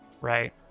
right